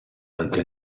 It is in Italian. anche